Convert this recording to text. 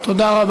תודה רבה.